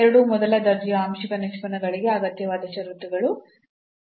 ಎರಡೂ ಮೊದಲ ದರ್ಜೆಯ ಆಂಶಿಕ ನಿಷ್ಪನ್ನಗಳಿಗೆ ಅಗತ್ಯವಾದ ಷರತ್ತುಗಳು ಏನು